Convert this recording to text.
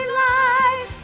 life